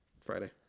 Friday